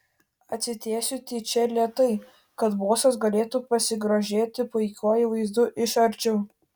atsitiesiu tyčia lėtai kad bosas galėtų pasigrožėti puikiuoju vaizdu iš arčiau